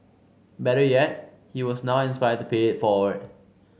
better yet he was now inspired to pay it forward